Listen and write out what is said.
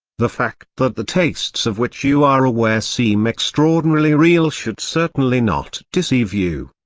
the fact that the tastes of which you are aware seem extraordinarily real should certainly not deceive you.